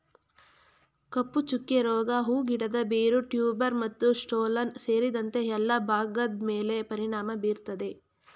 ಕಪ್ಪುಚುಕ್ಕೆ ರೋಗ ಹೂ ಗಿಡದ ಬೇರು ಟ್ಯೂಬರ್ ಮತ್ತುಸ್ಟೋಲನ್ ಸೇರಿದಂತೆ ಎಲ್ಲಾ ಭಾಗದ್ಮೇಲೆ ಪರಿಣಾಮ ಬೀರ್ತದೆ